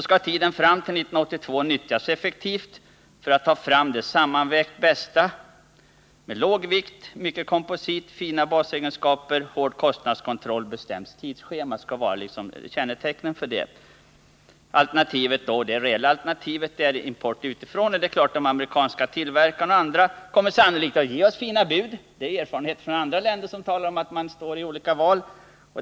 skall tiden fram till 1982 nyttjas effektivt för att ta fram det sammanvägt bästa planet. Nyckelorden i ett utvecklingsarbete för JAS skulle vara: låg vikt. mycket komposit, fina basegenskaper, hård kostnadskontroll och bestämt tidsschema. Det reella alternativet till JAS är alltså import utifrån. Det är klart att både de amerikanska tillverkarna och andra kommer att ge oss fina bud. Det visar erfarenheter från andra länder som har stått i en valsituation.